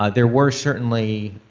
ah there were certainly